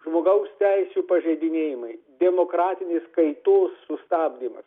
žmogaus teisių pažeidinėjimai demokratinės kaitos sustabdymas